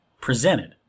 presented